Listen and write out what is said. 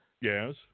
Yes